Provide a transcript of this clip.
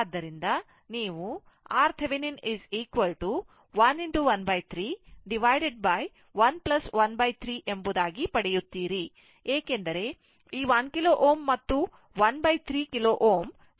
ಆದ್ದರಿಂದ ನೀವು RThevenin 1 ⅓1⅓ ಎಂಬುದಾಗಿ ಪಡೆಯುತ್ತೀರಿ ಏಕೆಂದರೆ ಈ 1 K Ω ಮತ್ತು 1 3 ನೇ K ಸಮಾನಾಂತರ ವಾಗಿರುತ್ತವೆ